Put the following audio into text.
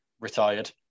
retired